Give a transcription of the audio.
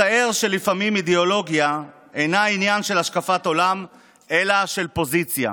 מצער שלפעמים אידיאולוגיה אינה עניין של השקפת עולם אלא של פוזיציה.